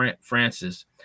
francis